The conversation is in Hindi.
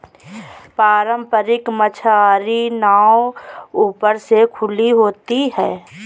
पारम्परिक मछियारी नाव ऊपर से खुली हुई होती हैं